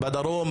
בדרום,